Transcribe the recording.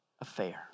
affair